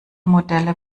modelle